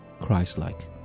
Christ-like